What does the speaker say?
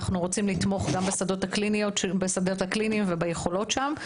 אנחנו רוצים לתמוך גם בשדות הקליניים וביכולות שם,